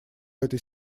этой